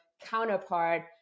counterpart